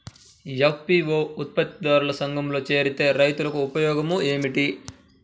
FPO ఉత్పత్తి దారుల సంఘములో చేరితే రైతులకు ఉపయోగము ఏమిటి?